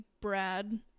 Brad